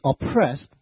oppressed